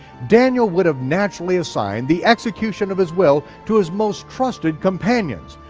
daniel would've naturally assigned the execution of his will to his most trusted companions,